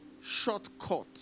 shortcut